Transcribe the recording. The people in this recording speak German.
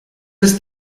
ist